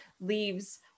leaves